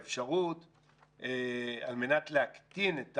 על מנת להקטין את